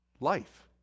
life